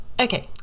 Okay